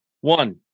One